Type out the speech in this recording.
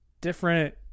different